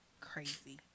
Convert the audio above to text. crazy